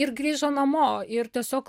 ir grįžo namo ir tiesiog